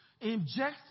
inject